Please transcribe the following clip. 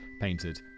painted